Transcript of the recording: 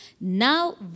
Now